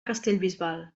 castellbisbal